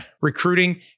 Recruiting